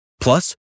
Plus